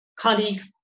colleagues